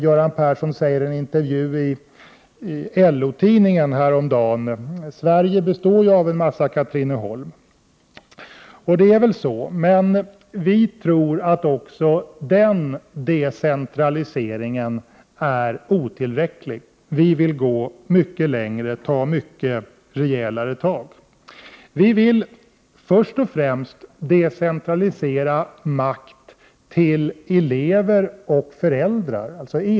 Göran Persson säger också i en intervju i LO-tidningen: ”Sverige består ju av en massa Katrineholm.” Det är väl så, men vi tror att också den decentraliseringen är otillräcklig. Vi vill gå mycket längre och ta mycket rejälare tag. Vi vill först och främst decentralisera makt till enskilda elever och föräldrar.